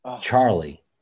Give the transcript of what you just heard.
charlie